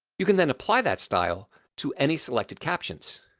you can then apply that style to any selected captions.